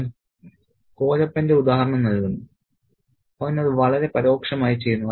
അവൻ കോലപ്പന്റെ ഉദാഹരണം നൽകുന്നു അവൻ അത് വളരെ പരോക്ഷമായി ചെയ്യുന്നു